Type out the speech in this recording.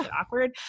awkward